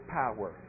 power